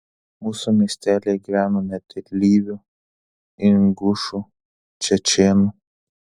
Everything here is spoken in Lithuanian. mūsų miestelyje gyveno net ir lyvių ingušų čečėnų